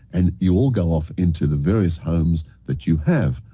and you all go off into the various homes that you have.